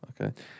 Okay